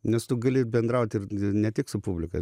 nes tu gali bendraut ir ne tik su publika